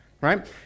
right